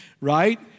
right